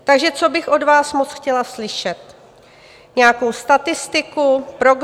Takže co bych od vás moc chtěla slyšet nějakou statistiku, prognózu.